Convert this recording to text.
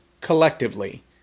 collectively